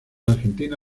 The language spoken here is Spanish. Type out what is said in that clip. argentina